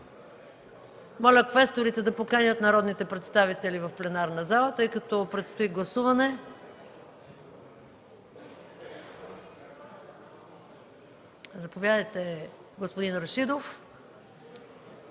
Моля квесторите да поканят народните представители в пленарната зала, тъй като предстои гласуване. Господин Вежди Рашидов,